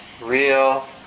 real